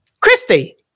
Christy